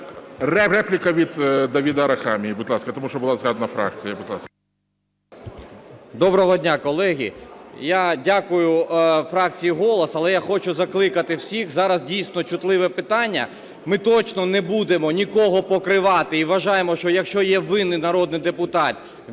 Репліка від Давида Арахамії, будь ласка. Тому що була згадана фракція. 12:40:07 АРАХАМІЯ Д.Г. Доброго дня, колеги! Я дякую фракції "Голос". Але я хочу закликати всіх, зараз дійсно чутливе питання. Ми точно не будемо нікого покривати і вважаємо, що, якщо є винним народний депутат,